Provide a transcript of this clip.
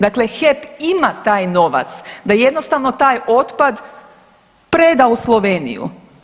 Dakle, HEP ima taj novac da jednostavno taj otpad preda u Sloveniju.